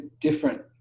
different